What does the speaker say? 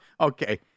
Okay